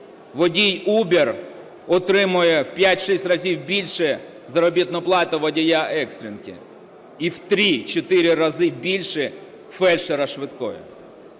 водій Uber отримує в 5-6 разів більше заробітну плату від водія екстренки і в 3-4 рази більше – фельдшера швидкої.